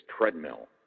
treadmill